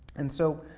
and so,